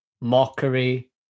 mockery